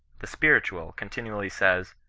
the spiritual continually says,